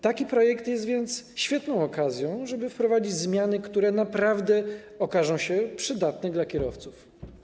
Taki projekt jest więc świetną okazją, żeby wprowadzić zmiany, które naprawdę okażą się przydatne dla kierowców.